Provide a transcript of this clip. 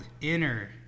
inner